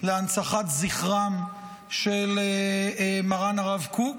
להנצחת זכרם של מרן הרב קוק